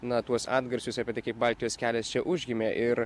na tuos atgarsius apie tai kaip baltijos kelias čia užgimė ir